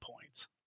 points